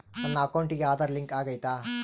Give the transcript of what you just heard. ನನ್ನ ಅಕೌಂಟಿಗೆ ಆಧಾರ್ ಲಿಂಕ್ ಆಗೈತಾ?